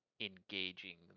engaging